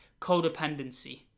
codependency